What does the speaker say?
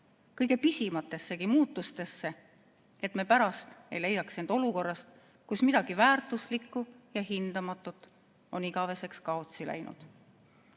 kõige pisematessegi muutustesse – et me pärast ei leiaks end olukorrast, kus midagi väärtuslikku ja hindamatut on igaveseks kaotsi läinud.